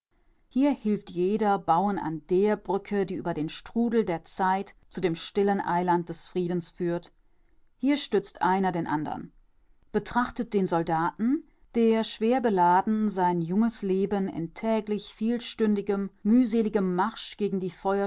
hier hilft jeder bauen an der brücke die über den strudel der zeit zu dem stillen eiland des friedens führt hier stützt einer den andern betrachtet den soldaten der schwer beladen sein junges leben in täglich vielstündigem mühseligem marsch gegen die